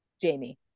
Jamie